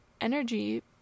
energy